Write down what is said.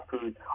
food